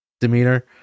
demeanor